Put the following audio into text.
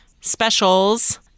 specials